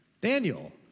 Daniel